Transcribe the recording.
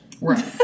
right